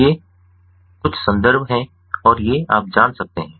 तो ये कुछ संदर्भ हैं और ये आप जान सकते हैं